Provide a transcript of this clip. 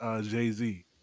Jay-Z